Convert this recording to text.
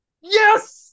Yes